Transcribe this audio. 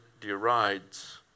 derides